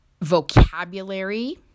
vocabulary